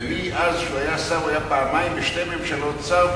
ומאז שהוא שר הוא היה פעמיים בשתי ממשלות שר,